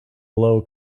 low